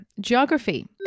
Geography